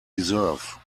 deserve